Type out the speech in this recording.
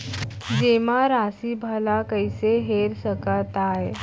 जेमा राशि भला कइसे हेर सकते आय?